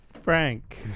Frank